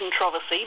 controversy